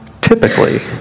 typically